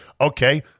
Okay